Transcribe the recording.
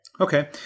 Okay